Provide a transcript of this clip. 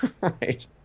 right